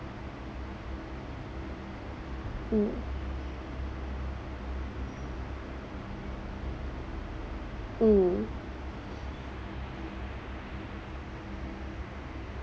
mm mm